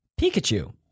Pikachu